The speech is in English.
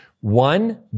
One